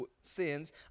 sins